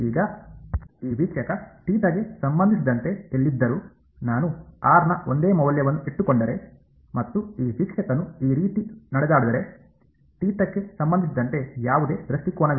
ಈಗ ಈ ವೀಕ್ಷಕ ಥೀಟಾಗೆ ಸಂಬಂಧಿಸಿದಂತೆ ಎಲ್ಲಿದ್ದರೂ ನಾನು r ನ ಒಂದೇ ಮೌಲ್ಯವನ್ನು ಇಟ್ಟುಕೊಂಡರೆ ಮತ್ತು ಈ ವೀಕ್ಷಕನು ಈ ರೀತಿ ನಡೆದಾಡಿದರೆ ಥೀಟಾಕ್ಕೆ ಸಂಬಂಧಿಸಿದಂತೆ ಯಾವುದೇ ದೃಷ್ಟಿಕೋನವಿಲ್ಲ